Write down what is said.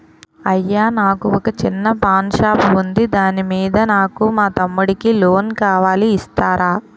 అయ్యా నాకు వొక చిన్న పాన్ షాప్ ఉంది దాని మీద నాకు మా తమ్ముడి కి లోన్ కావాలి ఇస్తారా?